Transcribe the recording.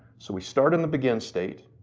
so we start in the begin state,